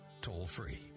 toll-free